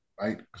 Right